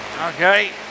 Okay